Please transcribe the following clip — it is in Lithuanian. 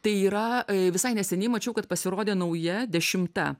tai yra visai neseniai mačiau kad pasirodė nauja dešimta